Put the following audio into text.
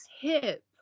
hip